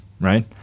right